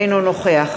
אינו נוכח